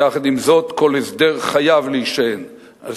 ויחד עם זאת כל הסדר חייב להישען על